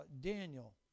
Daniel